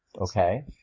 Okay